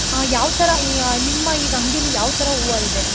ಹಾಂ ಯಾವಥರ ಈ ನಿಮ್ಮ ಈಗ ಅಂಗಡಿಲಿ ಯಾವಥರ ಹೂವ ಇದೆ